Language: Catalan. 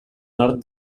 nord